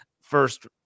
first